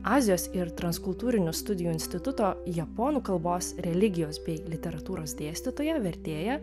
azijos ir transkultūrinių studijų instituto japonų kalbos religijos bei literatūros dėstytoją vertėją